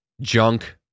junk